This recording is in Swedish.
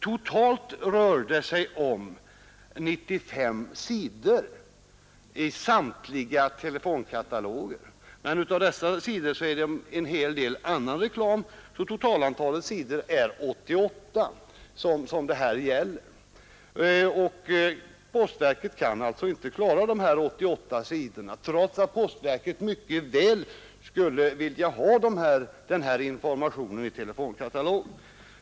Det rör sig om sammanlagt 95 sidor i telefonkatalogerna. Men på dessa sidor finns det en hel del reklam, så det är totalt 88 sidor som det här gäller. Postverket kan alltså inte klara dessa 88 sidor, trots att postverket gärna skulle vilja ha den här informationen i telefonkatalogen.